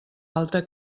alta